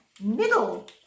middle